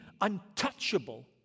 untouchable